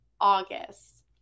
August